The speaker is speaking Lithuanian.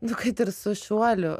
nu kad ir su šuoliu